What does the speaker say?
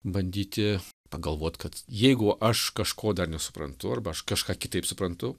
bandyti pagalvot kad jeigu aš kažko dar nesuprantu arba aš kažką kitaip suprantu